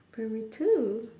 primary two